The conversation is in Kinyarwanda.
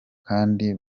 kandi